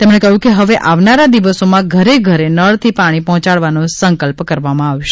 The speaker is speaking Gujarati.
તેમણે કહ્યું કે હવે આવનારા દિવસોમાં ઘરે ઘરે નળથી પાણી પહોંચાડવાનો સંકલ્પ કરવામાં આવશે